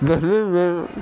دہلی میں